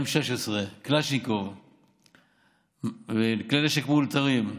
M16, קלצ'ניקוב וכלי נשק מאולתרים,